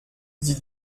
sie